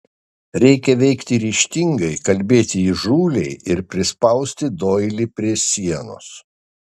reikia veikti ryžtingai kalbėti įžūliai ir prispausti doilį prie sienos